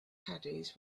caddies